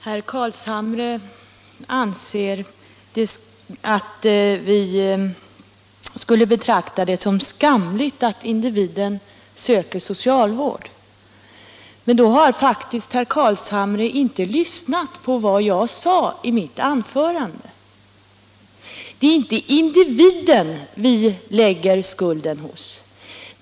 Herr talman! Herr Carlshamre anser att vi skulle betrakta det som skamligt att individen söker hjälp hos socialvården. Då har faktiskt herr Carlshamre inte lyssnat på vad jag sade i mitt anförande. Det är inte individen vi lägger skulden hos.